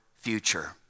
future